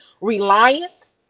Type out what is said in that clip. reliance